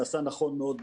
ועשה נכון מאוד,